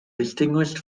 distinguished